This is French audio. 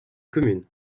commune